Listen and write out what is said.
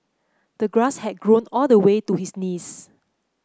the grass had grown all the way to his knees